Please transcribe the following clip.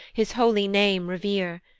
his holy name revere,